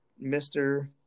Mr